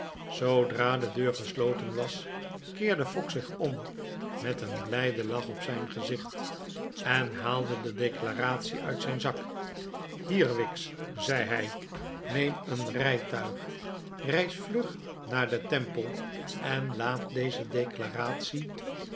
zoodra de deur gesloten was keerde fogg zich om met een blijden lach op zijn gezicht en haalde de declaratie uit zijn zak hier wicks zei hijj neem een rijtuig rijd vlug naar den temple en iaat deze declaratie